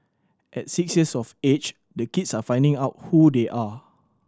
at six years of age the kids are finding out who they are